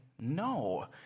no